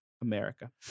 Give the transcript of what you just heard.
America